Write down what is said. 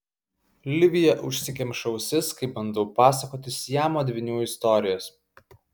livija užsikemša ausis kai bandau pasakoti siamo dvynių istorijas